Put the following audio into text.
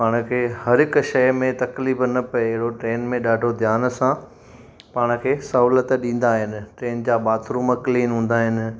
पाण खे हर हिकु शइ में तकलीफ़ पए अहिड़ो ट्रेन में ॾाढो ध्यान सां पाण खे सहुलियत ॾींदा आहिनि ट्रेन जा बाथरुम क्लीन हूंदा आहिनि